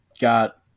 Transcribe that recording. got